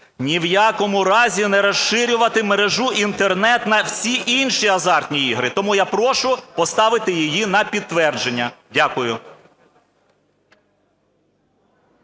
ні в якому разі не розширювати мережу Інтернет на всі інші азартні ігри. Тому я прошу поставити її на підтвердження. Дякую.